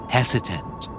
Hesitant